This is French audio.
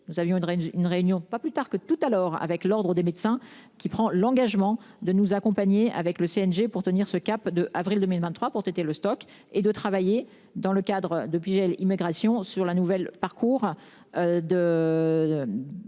réunion, une réunion pas plus tard que tout alors avec l'Ordre des médecins qui prend l'engagement de nous accompagner avec le CNG pour tenir ce cap de avril 2023 pour téter le stock et de travailler dans le cadre de budget l'immigration sur la nouvelle parcours. De.